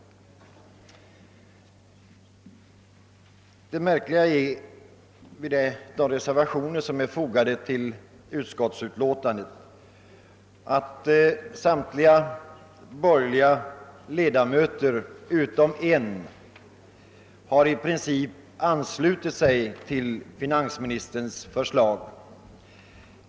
Det märkliga med de reservationer som är fogade till utlåtandet är att samtliga borgerliga ledamöter utom en i princip har anslutit sig till finansministerns förslag.